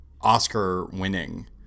Oscar-winning